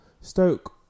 Stoke